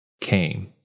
came